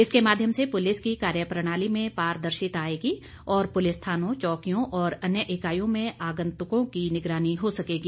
इसके माध्यम से पुलिस की कार्यप्रणाली में पारदर्शिता आएगी और पुलिस थानों चौकियों और अन्य इकाईयों में आंगतुकों की निगरानी हो सकेगी